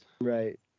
Right